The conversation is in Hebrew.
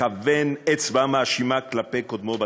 מכוון אצבע מאשימה כלפי קודמו בתפקיד.